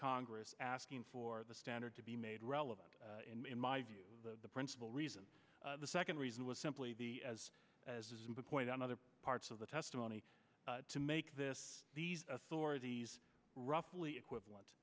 congress asking for the standard to be made relevant in my view the principal reason the second reason was simply be as as a point on other parts of the testimony to make this these authorities roughly equivalent